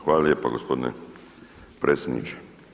Hvala lijepa, gospodine predsjedniče.